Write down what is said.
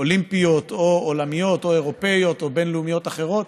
אולימפיות או עולמיות או אירופיות או בין-לאומיות אחרות